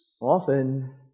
often